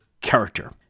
character